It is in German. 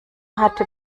hatte